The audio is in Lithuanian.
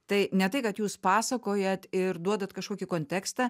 tai ne tai kad jūs pasakojat ir duodat kažkokį kontekstą